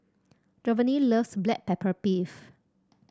Jovanny loves Black Pepper Beef